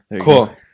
cool